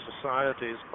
societies